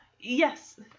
yes